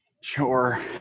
Sure